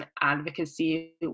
advocacy